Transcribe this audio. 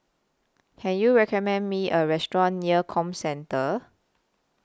Can YOU recommend Me A Restaurant near Comcentre